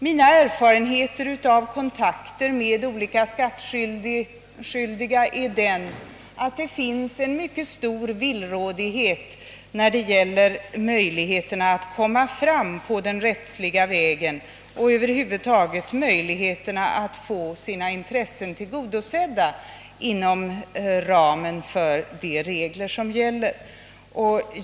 Mina erfarenheter av kontakter med olika skattskyldiga är att det föreligger en mycket stor villrådighet när det gäller möjligheterna att komma fram på den rättsliga vägen och möjligheterna att över huvud taget få sina intressen tillgodosedda inom ramen för de regler som gäller.